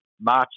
March